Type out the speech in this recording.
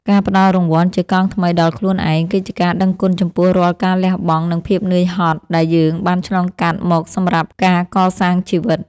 ការផ្ដល់រង្វាន់ជាកង់ថ្មីដល់ខ្លួនឯងគឺជាការដឹងគុណចំពោះរាល់ការលះបង់និងភាពហត់នឿយដែលយើងបានឆ្លងកាត់មកសម្រាប់ការកសាងជីវិត។